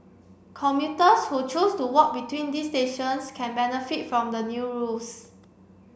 commuters who choose to walk between these stations can benefit from the new rules